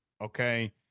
Okay